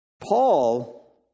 Paul